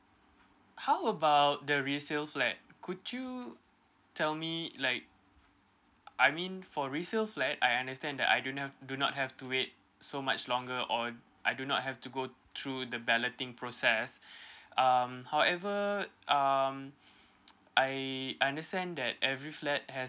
how about the resell flat could you tell me like I mean for resell flat I understand that I don't have do not have to wait so much longer or I do not have to go through the balloting process um however um I understand that every flat has